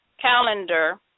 calendar